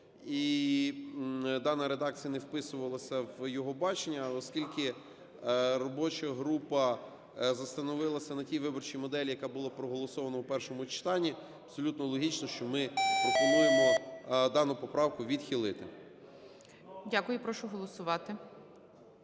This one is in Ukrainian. і дана редакція не вписувалася в його бачення, а оскільки робоча група зостановилася на тій виборчій моделі, яка була проголосована в першому читанні, абсолютно логічно, що ми пропонуємо дану поправку відхилити. ГОЛОВУЮЧИЙ. Дякую. Прошу голосувати.